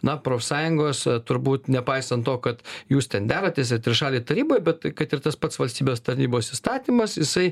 na profsąjungos turbūt nepaisant to kad jūs ten deratės trišalėj taryboj bet kad ir tas pats valstybės tarnybos įstatymas jisai